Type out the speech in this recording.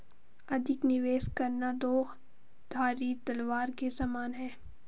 अधिक निवेश करना दो धारी तलवार के समान है